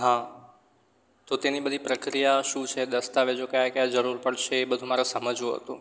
હા તો તેની બધી પ્રક્રિયા શું છે દસ્તાવેજો ક્યા ક્યા જરૂર પડશે એ બધું મારે સમજવું હતું